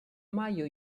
majo